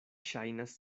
ŝajnas